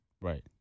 Right